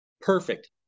Perfect